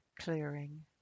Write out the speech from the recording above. clearing